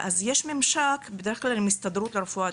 יש ממשק בדרך כלל עם הסתדרות לרפואת